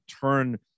turn